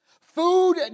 Food